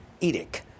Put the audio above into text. edict